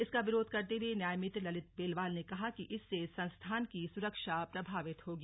इसका विरोध करते हुए न्यायमित्र ललित बेलवाल ने कहा कि इससे संस्थान की सुरक्षा प्रभावित होगी